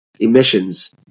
emissions